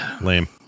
lame